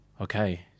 okay